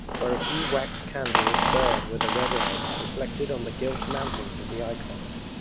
where a few wax candles burn with a red light reflected on the gilt mountings of the icons.